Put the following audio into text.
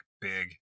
big